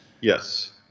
Yes